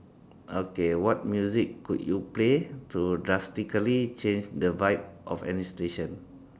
okay what music would you play to drastically change the vibe of any situation